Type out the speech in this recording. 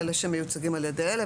אלה שמיוצגים על ידי אלה,